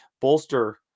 bolster